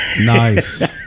Nice